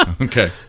Okay